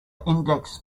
index